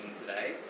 today